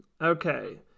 Okay